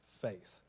faith